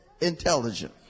intelligent